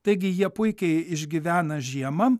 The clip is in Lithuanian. taigi jie puikiai išgyvena žiemą